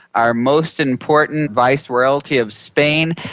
our most important viceroyalty of spain,